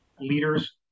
leaders